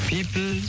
People